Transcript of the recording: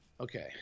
Okay